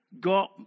got